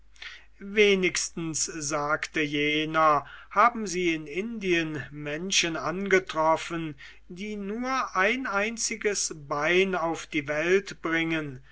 wenigstens sagte jener haben sie in indien menschen angetroffen die nur ein einziges bein auf die welt bringen